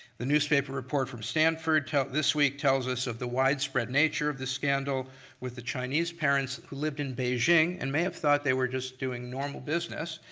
the newspaper report from stanford this week tells us of the widespread nature of this scandal with the chinese parents who lived in beijing and may have thought they were just doing normal business,